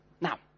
Now